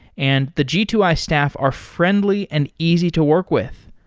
and the g two i staff are friendly and easy to work with.